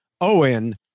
Owen